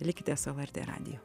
likite su lrt radiju